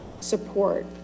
support